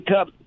Cup